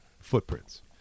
Footprints